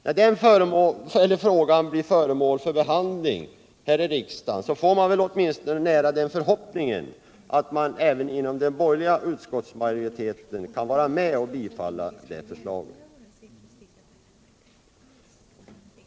När den frågan blir föremål för behandling här i riksdagen, får man väl åtminstone nära den förhoppningen att även den borgerliga utskottsmajoriteten kan vara med och bifalla det förslaget.